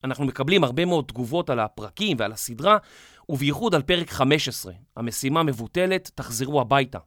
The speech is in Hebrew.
אנחנו מקבלים הרבה מאוד תגובות על הפרקים ועל הסדרה, ובייחוד על פרק 15, המשימה מבוטלת, תחזרו הביתה.